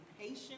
patient